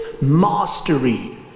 mastery